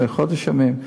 לפני חודש ימים,